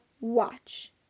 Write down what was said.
watch